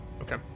Okay